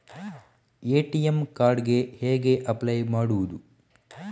ATM card ಗೆ ಹೇಗೆ apply ಮಾಡುವುದು?